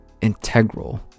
integral